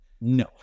No